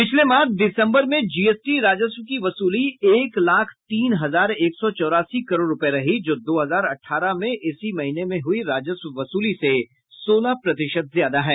पिछले माह दिसम्बर महीने में जीएसटी राजस्व की वसूली एक लाख तीन हजार एक सौ चौरासी करोड़ रुपये रही जो दो हजार अट्ठारह में इसी महीने में हुई राजस्व वसूली से सोलह प्रतिशत ज्यादा है